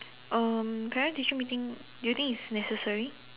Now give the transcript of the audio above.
um parent teacher meeting do you think it's necessary